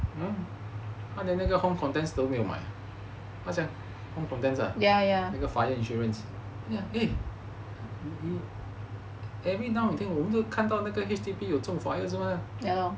他连那个 home contents 都没有买那个 fire insurance then every now and then 我就看到那个 H_D_B 就有中 fire 是吗